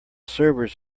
servers